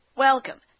Welcome